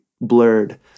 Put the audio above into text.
blurred